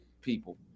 People